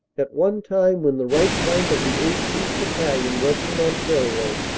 at one time when the right flank of the eighteenth. battalion, western ontario,